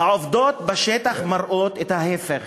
העובדות בשטח מראות את ההפך,